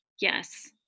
Yes